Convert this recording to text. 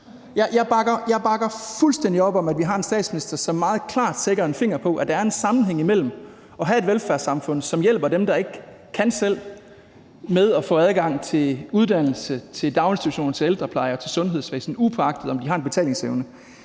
jeg bakker fuldstændig op om, at vi har en statsminister, som meget klart sætter en finger på, at der er en sammenhæng imellem det og det at have et velfærdssamfund, som hjælper dem, der ikke kan selv, med at få adgang til uddannelse, til daginstitutioner, til ældrepleje og til sundhedsvæsenet, upåagtet om de har en betalingsevne.